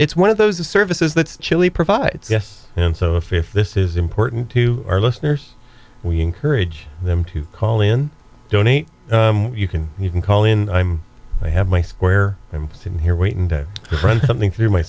it's one of those the services that chile provides yes and so if this is important to our listeners we encourage them to call in donate you can you can call in i have my square i'm sitting here waiting to print something through my